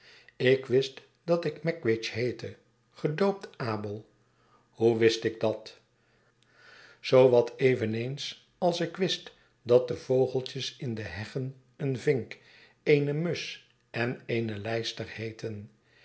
ik wist dat ik magwitch heette gedoopt abel hoe wist ik dat zoo wat eveneens als ik wist dat de vogeltjes in de heggen een vink eene musch en eene lijster heetten